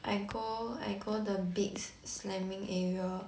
I go I go the beds slamming area